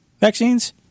vaccines